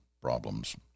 problems